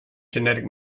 genetic